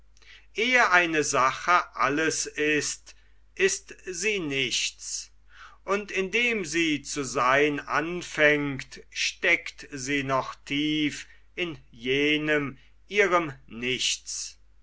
ehe eine sache alles ist ist sie nichts und indem sie zu seyn anfängt steckt sie noch tief in jenem ihren nichts